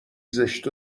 زشت